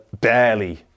barely